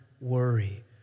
worry